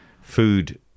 food